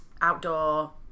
outdoor